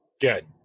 Good